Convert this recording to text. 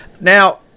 Now